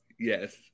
Yes